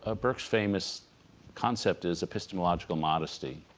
ah burke's famous concept is epistemological modesty